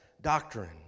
doctrine